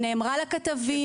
היא נאמרה לכתבים,